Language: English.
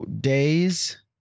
days